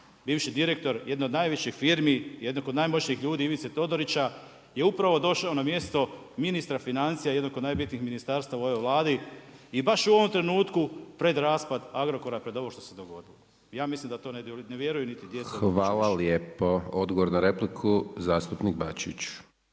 bivši direktor jedne od najvećih firmi, jednog od najmoćnijih ljudi Ivice Todorića je upravo došao na mjesto ministra financija jednog od najbitnijih ministarstava u ovoj Vladi. I baš u ovom trenutku pred raspad Agrokora i pred ovo što se dogodilo. Ja mislim da to ne vjeruju niti djeca u vrtiću. **Hajdaš Dončić, Siniša (SDP)** Hvala lijepo. Odgovor na repliku, zastupnik Bačić.